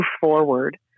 forward